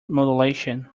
modulation